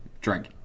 drink